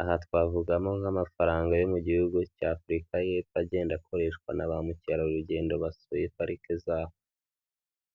aha twavugamo nk'amafaranga yo mu gihugu cya Afurika y'epfo agenda akoreshwa na ba mukerarugendo basuye parike zaho.